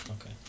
Okay